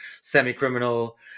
semi-criminal